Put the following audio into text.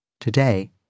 today